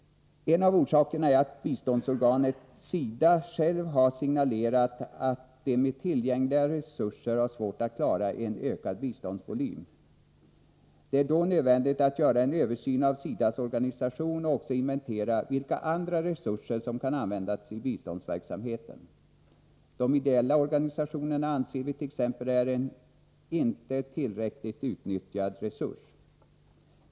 En av orsakerna är att biståndsorganet SIDA självt har signalerat att det med tillgängliga resurser har svårt att klara en ökad biståndsvolym. Det är då nödvändigt att göra en översyn av SIDA:s organisation och även att inventera vilka andra resurser som kan användas i biståndsverksamheten. De ideella organisationerna t.ex. anser vi är en inte tillräckligt utnyttjad resurs.